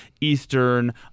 Eastern